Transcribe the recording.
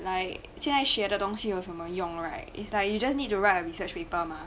like 现在学的东西有什么用 right is like you just need to write on research paper mah